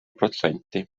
protsenti